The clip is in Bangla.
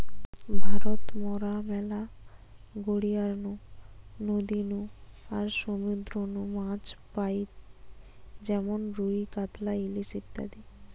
ভারত মরা ম্যালা গড়িয়ার নু, নদী নু আর সমুদ্র নু মাছ পাই যেমন রুই, কাতলা, ইলিশ ইত্যাদি